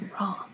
wrong